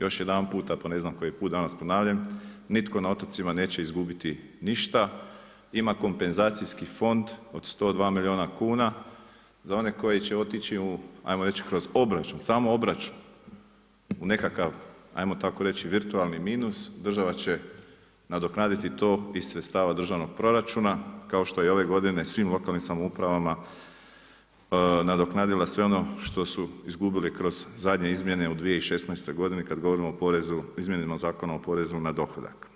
Još jedanput, po ne znam koji put danas ponavljam, nitko na otocima neće izgubiti ništa, ima kompenzacijski fond od 102 milijuna kuna, za one koji će otići ajmo reći, kroz obračun, samo obračun, u nekakav ajmo tako reći virtualni minus, država će nadoknaditi to iz sredstava državnog proračuna kao što je ove godine svim lokalnim samoupravama nadoknadila sve ono što izgubili zadnje izmjene u 2016. godini kad govorimo izmijenjenog Zakona o porezu na dohodak.